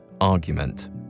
argument